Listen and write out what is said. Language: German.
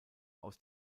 aus